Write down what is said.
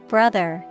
Brother